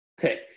Okay